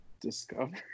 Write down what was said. Discover